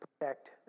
protect